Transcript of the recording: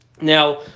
Now